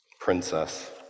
princess